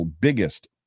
biggest